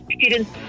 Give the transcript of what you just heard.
students